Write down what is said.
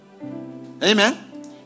Amen